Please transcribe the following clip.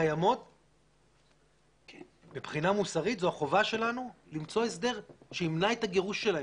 הקיימות מבחינה מוסרית זו החובה שלנו למצוא הסדר שימנע את הגירוש שלהם.